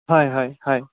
হয় হয় হয়